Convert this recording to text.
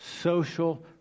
social